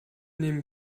nehmen